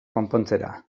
konpontzera